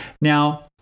Now